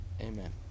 amen